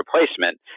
Replacement